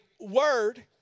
word